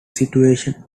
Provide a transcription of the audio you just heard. situation